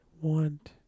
want